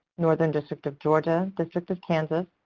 northern district of georgia, district of kansas,